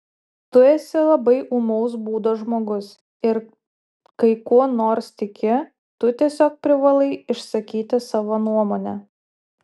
tu esi labai ūmaus būdo žmogus ir kai kuo nors tiki tu tiesiog privalai išsakyti savo nuomonę